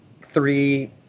three